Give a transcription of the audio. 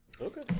Okay